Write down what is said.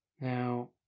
Now